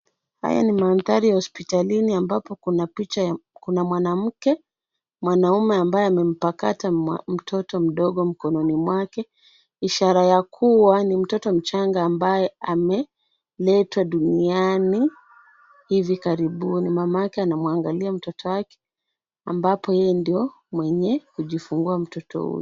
Jaya ni mandhari ya hospitalini ambapo kuna mwanamke, mwanaume ambaye amepakata mtoto mdogo mkononi mwake, ishara ya kuwa ni mtoto mchanga ambaye ameletwa duniani hivi karibuni. Mama yake anamwangalia mtoto wake ambapo yeye ndio mwenye kujifungua mtoto huyu.